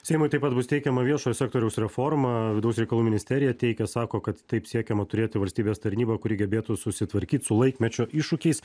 seimui taip pat bus teikiama viešojo sektoriaus reforma vidaus reikalų ministerija teikia sako kad taip siekiama turėti valstybės tarnybą kuri gebėtų susitvarkyt su laikmečio iššūkiais